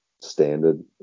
standard